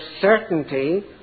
certainty